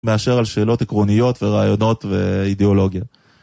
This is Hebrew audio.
מאשר על שאלות עקרוניות ורעיונות ואידיאולוגיה.